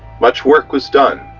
much work was done,